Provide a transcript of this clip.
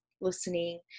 listening